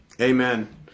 Amen